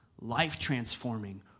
life-transforming